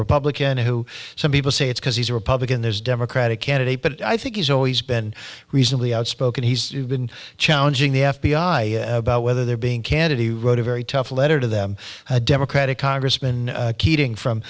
republican who some people say it's because he's a republican there's democratic candidate but i think he's always been reasonably outspoken he's been challenging the f b i about whether they're being candid he wrote a very tough letter to them democratic congressman keating from